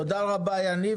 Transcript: תודה רבה, יניב.